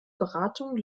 beratung